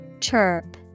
Chirp